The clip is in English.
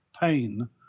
pain